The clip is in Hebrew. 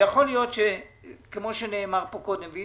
אני